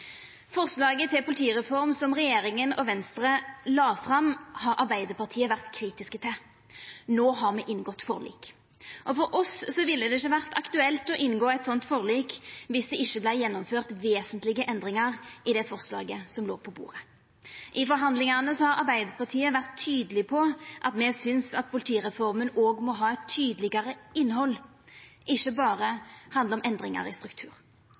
Forslaget til politireform som regjeringa og Venstre la fram, har Arbeidarpartiet vore kritisk til. No har me inngått forlik. Og for oss ville det ikkje vore aktuelt å inngå eit sånt forlik viss det ikkje vart gjennomført vesentlege endringar i det forslaget som låg på bordet. I forhandlingane har Arbeidarpartiet vore tydeleg på at me synest at politireforma òg må ha eit tydlegare innhald – ikkje berre handla om endringar i struktur.